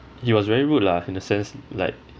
he was very rude lah in the sense like